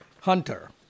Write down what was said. Hunter